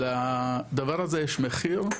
לדבר הזה יש מחיר,